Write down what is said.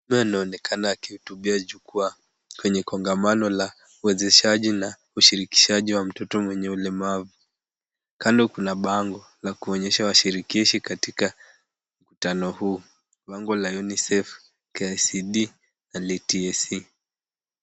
Mtu anaonekana akihutubia jukwaa kwenye kongamano la uwezeshaji na ushirikishaji wa mtoto mwenye ulemavu. Kando kuna bango la kuonyesha washirikishi katika mkutano huu. Bango la UNUCEF, KICD na la TAC.